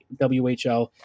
WHL